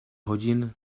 hodin